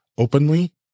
openly